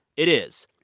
it is,